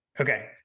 Okay